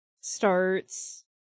starts